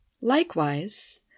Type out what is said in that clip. Likewise